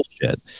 bullshit